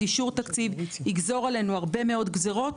אישור תקציב יגזור עלינו הרבה מאוד גזרות,